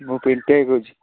ମୁଁ ପିଣ୍ଟୁ ଭାଇ କହୁଛି